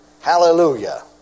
Hallelujah